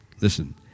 listen